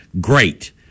great